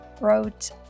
wrote